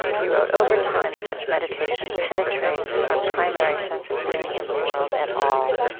you wrote, over time, such meditation penetrates our primary sense of being in the world at all.